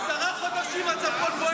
עשרה חודשים הצפון בוער,